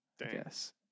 Yes